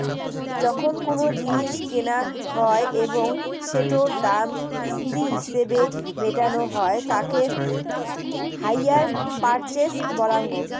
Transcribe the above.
যখন কোনো জিনিস কেনা হই এবং সেটোর দাম কিস্তি হিছেবে মেটানো হই তাকে হাইয়ার পারচেস বলাঙ্গ